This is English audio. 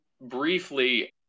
briefly